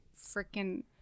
freaking